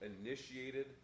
initiated